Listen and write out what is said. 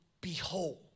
Behold